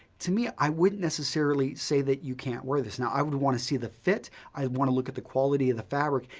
to me, i wouldn't necessarily say that you can't wear this. now, i would want to see the fit. i would want to look at the quality of the fabric,